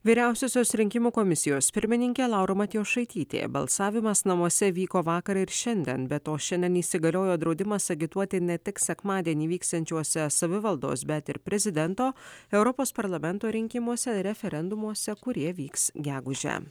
vyriausiosios rinkimų komisijos pirmininkė laura matjošaitytė balsavimas namuose vyko vakar ir šiandien be to šiandien įsigaliojo draudimas agituoti ne tik sekmadienį vyksiančiuose savivaldos bet ir prezidento europos parlamento rinkimuose referendumuose kurie vyks gegužę